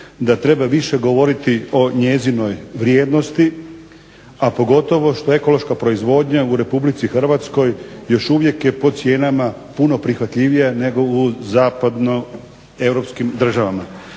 da treba više govoriti o njezinoj vrijednosti a pogotovo što ekološka proizvodnja u Republici Hrvatskoj još uvijek je po cijenama puno prihvatljivija nego u zapadnoeuropskim državama.